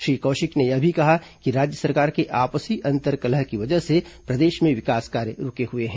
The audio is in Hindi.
श्री कौशिक ने यह भी कहा कि राज्य सरकार के आपसी अंतर्कलह की वजह से प्रदेश में विकास कार्य रूके हुए हैं